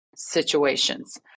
situations